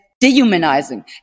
dehumanizing